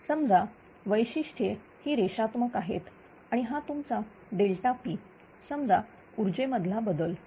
समजा वैशिष्ट्ये ही रेषात्मक आहेत आणि हा तुमचा P समजा उर्जे मधला बदल